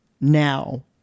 now